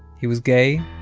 he was gay.